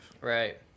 Right